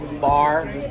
bar